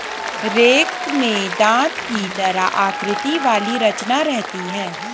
rake में दाँत की तरह आकृति वाली रचना रहती है